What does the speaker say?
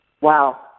Wow